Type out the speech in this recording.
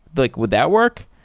like would that work?